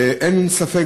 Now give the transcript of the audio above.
וגם אין ספק